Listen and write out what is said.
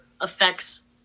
affects